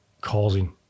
causing